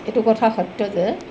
এইটো কথা সত্য যে